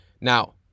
Now